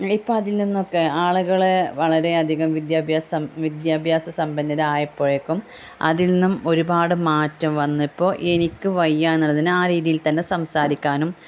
ഇപ്പോൾ അതിൽനിന്നൊക്കെ ആളുകളെ വളരെയധികം വിദ്യാഭ്യാസം വിദ്യാഭ്യാസ സമ്പന്നരായപ്പോഴേക്കും അതിൽനിന്നും ഒരുപാട് മാറ്റം വന്നു ഇപ്പോൾ എനിക്ക് വയ്യ എന്നുള്ളതിന് ആ രീതിയിൽത്തന്നെ സംസാരിക്കാനും